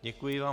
Děkuji vám.